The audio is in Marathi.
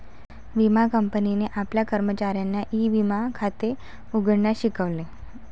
विमा कंपनीने आपल्या कर्मचाऱ्यांना ई विमा खाते उघडण्यास शिकवले